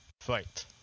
Fight